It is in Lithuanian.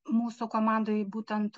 mūsų komandoj būtent